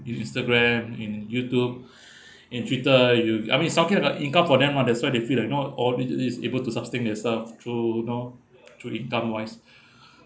in Instagram in YouTube in Twitter you I mean it's something like an income for them lah that's why they feel like you know all these these is able to sustain their style through you know through to income wise